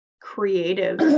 creative